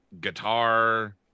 guitar